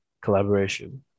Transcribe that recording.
collaboration